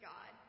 God